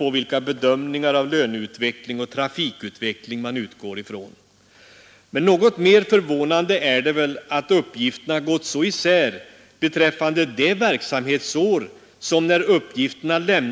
En sådan ökning av företagsamheten är ingenting att stå efter, därför att många gånger kan en marknad vara mättad, och det kommer till företagare som inte har de ekonomiska insikter som de borde ha, även om